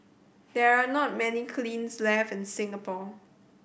there are not many kilns left in Singapore